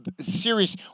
serious